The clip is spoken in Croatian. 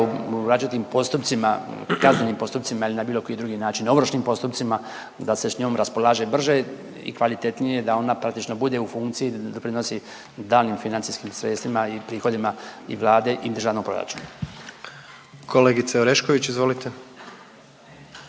u različitim postupcima, kaznenim postupcima ili na bilo koji drugi način, ovršnim postupcima, da se s njom raspolaže brže i kvalitetnije, da onda praktično bude u funkciji, doprinosi daljnjim financijskim sredstvima i prihodima i Vlade i državnog proračuna. **Jandroković, Gordan